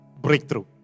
breakthrough